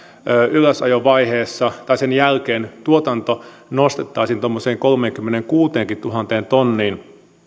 ylösajovaiheessa tai sen jälkeen tuotanto nostettaisiin tuommoiseen kolmenkymmenenkuudentuhannen tonniinkin